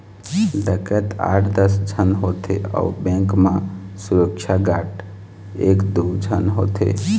डकैत आठ दस झन होथे अउ बेंक म सुरक्छा गार्ड एक दू झन होथे